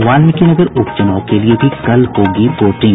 वाल्मीकिनगर उप चुनाव के लिए भी कल होगी वोटिंग